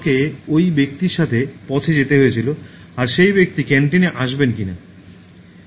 আমাকে ওই ব্যক্তির সাথে পথে যেতে হয়েছিল আর সেই ব্যক্তি ক্যান্টিনে আসবেন কিনা